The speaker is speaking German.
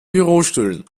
bürostühlen